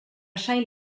sail